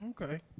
Okay